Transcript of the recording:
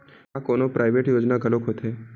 का कोनो प्राइवेट योजना घलोक होथे?